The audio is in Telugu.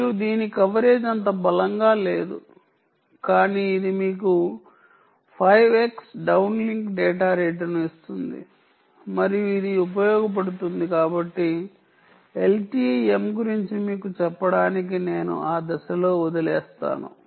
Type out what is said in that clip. మరియు దీని కవరేజ్ అంత బలంగా లేదు కానీ ఇది మీకు 5X డౌన్ లింక్ డేటా రేటును ఇస్తుంది మరియు ఇది ఉపయోగపడుతుంది కాబట్టి LTE M గురించి మీకు చెప్పడానికి నేను ఆ దశలో వదిలివేస్తాను